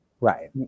right